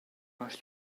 rushed